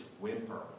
whimper